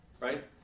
right